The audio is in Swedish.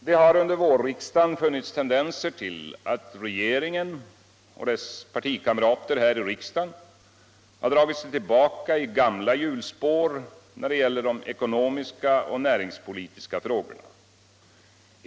Det har under vårriksdagen funnits tendenser till att regeringen och dess partikamrater här i riksdagen dragit sig tillbaka i gamla hjulspår när det gäller de ekonomiska och näringspolitiska frågorna.